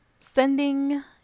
sending